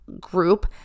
group